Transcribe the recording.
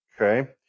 Okay